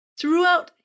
Throughout